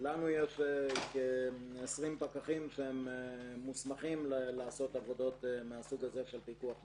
לנו יש 20 פקחים שמוסמכים לעשות עבודות מהסוג הזה של פיקוח בדרכים.